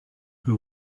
who